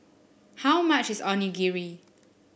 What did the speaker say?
how much is Onigiri